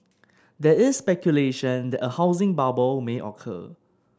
there is speculation that a housing bubble may occur